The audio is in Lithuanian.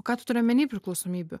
ką tu turi omeny priklausomybių